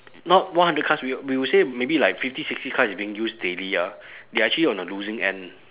not one hundred cars will we will say maybe like fifty sixty cars is being used daily ah they are actually on the losing end